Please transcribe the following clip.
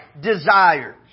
desires